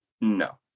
No